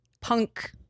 punk